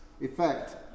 effect